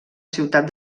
ciutat